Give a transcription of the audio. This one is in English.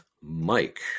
Mike